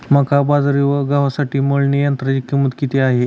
मका, बाजरी व गव्हासाठी मळणी यंत्राची किंमत किती आहे?